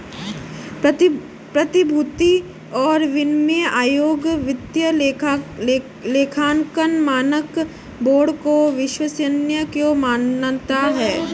प्रतिभूति और विनिमय आयोग वित्तीय लेखांकन मानक बोर्ड को विश्वसनीय क्यों मानता है?